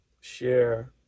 share